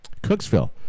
Cooksville